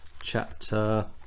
chapter